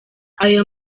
ayo